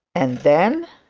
and then